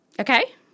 Okay